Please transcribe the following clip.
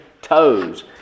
toes